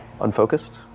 unfocused